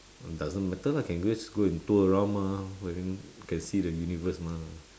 doesn't matter lah can just go and tour around mah can see the universe mah